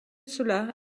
cela